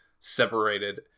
separated